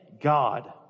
God